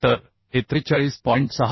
तर हे 43